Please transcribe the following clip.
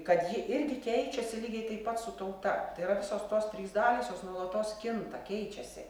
kad ji irgi keičiasi lygiai taip pat su tauta tai yra visos tos trys dalys jos nuolatos kinta keičiasi